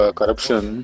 corruption